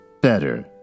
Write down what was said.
better